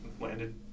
landed